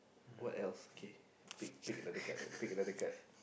what else okay pick pick another card lah pick another card